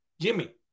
Jimmy